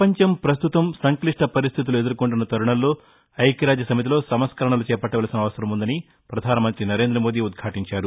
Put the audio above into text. ప్రపంచం పస్తుతం సంక్లిష్ట పరిస్థితులు ఎదుర్కొంటున్న తరుణంలో ఐక్యరాజ్యసమితిలో సంస్కరణలు చేపట్టవలసిన అవసరం ఉందని పధానమంతి నరేంద మోదీ ఉద్యాటించారు